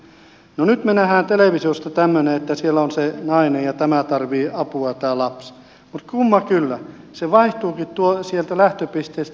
no nyt me näemme televisiosta tämmöisen että siellä on se nainen ja tämä lapsi tarvitsee apua mutta kumma kyllä se vaihtuukin sieltä lähtöpisteestä